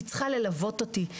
היא צריכה ללוות אותי,